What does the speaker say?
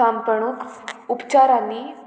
कांपणूक उपचार आनी